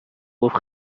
گفت